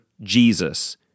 Jesus